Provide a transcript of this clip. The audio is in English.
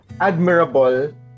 admirable